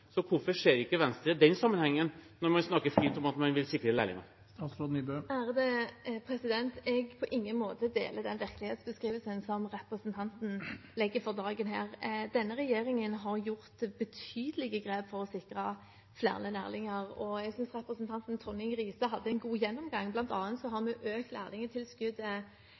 Hvorfor ser ikke Venstre den sammenhengen når man snakker fint om at man vil sikre lærlingene? Jeg deler på ingen måte den virkelighetsbeskrivelsen som representanten legger for dagen her. Denne regjeringen har tatt betydelige grep for å sikre flere lærlinger, og jeg synes at representanten Tonning Riise hadde en god gjennomgang. Blant annet har vi økt